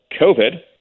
COVID